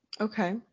okay